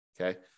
Okay